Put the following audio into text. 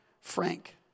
Frank